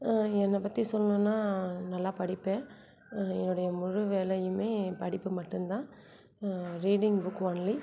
என்னை பற்றி சொல்லணுன்னா நல்லா படிப்பேன் என்னுடைய முழு வேலையுமே படிப்பு மட்டும் தான் ரீடிங் புக் ஒன்லி